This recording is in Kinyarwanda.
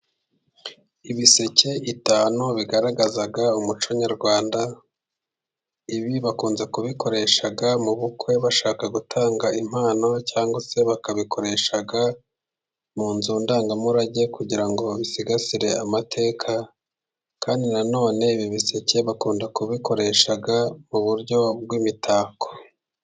Ibiseke bitanu bigaragaza umuco nyarwanda, ibi bakunze kubikoresha mu bukwe, bashaka gutanga impano cyangwa se bakabikoresha mu nzu ndangamurage, kugira ngo bisigasire amateka kandi nanone, ibi biseke bakunda kubikoresha mu buryo bw'imitako.